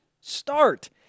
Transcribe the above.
start